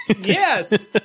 Yes